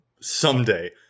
someday